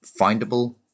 findable